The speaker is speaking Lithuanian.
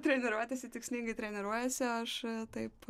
treniruotėse tikslingai treniruojasi o aš taip